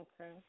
Okay